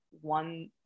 one